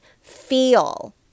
feel